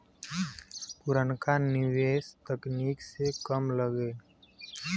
पुरनका निवेस तकनीक से कम लगे